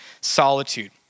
solitude